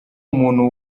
umuntu